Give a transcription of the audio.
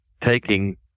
taking